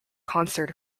concert